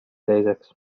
teiseks